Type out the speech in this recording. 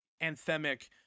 anthemic